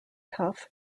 tough